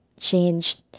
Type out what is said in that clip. changed